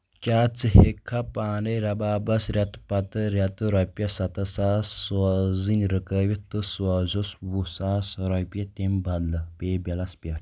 کیا ژٕ ہیکہِ کھا پانے رَبابَس رٮ۪تہٕ پتہ رٮ۪تہٕ رۄپیَس سَتَتھ ساس سوزٕنۍ رُکاوِتھ تہٕ سوزُس وُہ ساس رۄپیہِ تمہِ بدلہٕ پے پیٚلَس پیٹھ؟